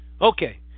okay